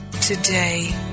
today